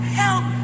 help